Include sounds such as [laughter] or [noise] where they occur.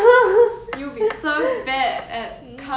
and then for me I'll I think I'll get nothing [noise]